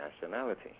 nationality